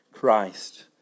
Christ